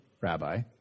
rabbi